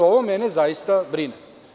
Ovo mene zaista brine.